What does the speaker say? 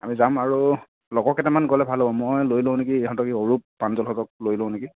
আমি যাম আৰু লগৰ কেইটামান গ'লে ভাল হ'ব মই লৈ লওঁ নেকি ইহঁতকে অৰূপ প্ৰাঞ্জলহঁতক লৈ লওঁ নেকি